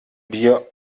bier